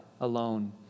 alone